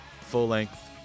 full-length